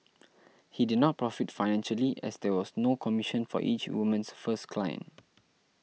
he did not profit financially as there was no commission for each woman's first client